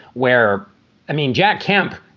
where i mean, jack kemp.